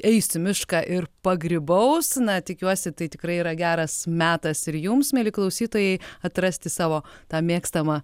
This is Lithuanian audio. eisi į mišką ir pagrybaus na tikiuosi tai tikrai yra geras metas ir jums mieli klausytojai atrasti savo tą mėgstamą